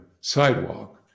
sidewalk